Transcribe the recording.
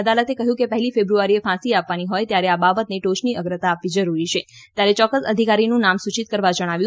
અદાલતે કહ્યું કે પહેલી ફેબ્રુઆરીએ ફાંસી આપવાની હોય ત્યારે આ બાબતને ટોચની અગ્રતા આપવી જરૂરી છે ત્યારે યોક્ક્સ અધિકારીનું નામ સૂચિત કરવા જણાવ્યું